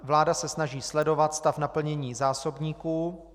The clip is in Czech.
Vláda se snaží sledovat stav naplnění zásobníků.